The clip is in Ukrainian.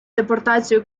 депортацію